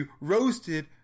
roasted